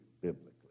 biblically